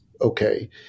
okay